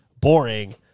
boring